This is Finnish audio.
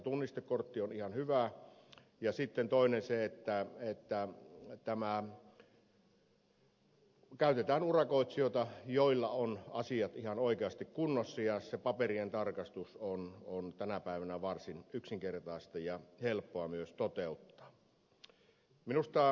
tunnistekortti on ihan hyvä ja sitten toinen on se että käytetään urakoitsijoita joilla ovat asiat ihan oikeasti kunnossa ja se paperien tarkastus on tänä päivänä varsin yksinkertaista ja helppoa myös toteuttaa